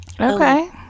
Okay